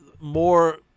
more